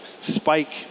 Spike